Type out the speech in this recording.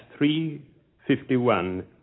3.51